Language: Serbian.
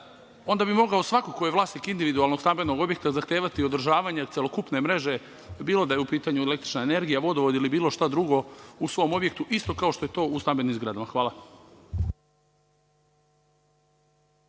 Onda bi mogao svako ko je vlasnik individualnog stambenog objekta zahtevati održavanje celokupne mreže bilo da je u pitanju električna energija, vodovod ili bilo šta drugo u svom objektu, isto kao što je to u stambenim zgradama. Hvala.